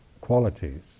qualities